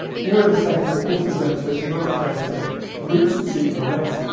nero the second also demonstrates another fail-safe route to arrest,